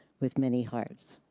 with many hearts.